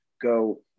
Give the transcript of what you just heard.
go